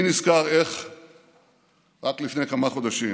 אני נזכר שרק לפני כמה חודשים